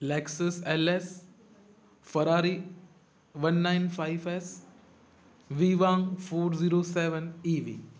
Lexus L S Ferrari one nine five S V one four zero seven ev